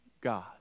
God